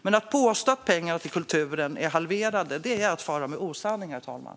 Men att påstå att pengarna till kulturen är halverade är att fara med osanning, herr talman.